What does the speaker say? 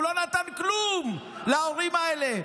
הוא לא נתן כלום להורים האלה,